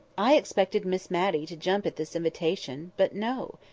i expected miss matty to jump at this invitation but, no!